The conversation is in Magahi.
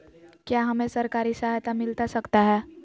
क्या हमे सरकारी सहायता मिलता सकता है?